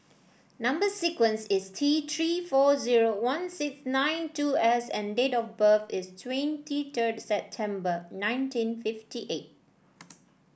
number sequence is T Three four zero one six nine two S and date of birth is twenty third September nineteen fifty eight